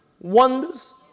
Wonders